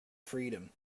freedom